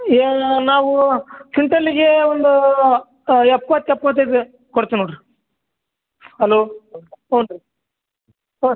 ಹೇ ನಾವು ಕ್ವಿಂಟಲ್ಲಿಗೆ ಒಂದು ಎಪ್ಪತ್ತು ಎಪ್ಪತೈದು ಕೊಡ್ತಿನಿ ನೋಡಿರಿ ಹಲೋ ಹ್ಞೂ ರೀ ಹಾಂ